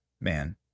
man